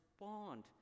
respond